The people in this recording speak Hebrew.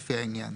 לפי העניין,